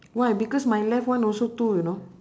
why because my left one also two you know